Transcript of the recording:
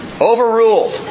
Overruled